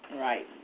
Right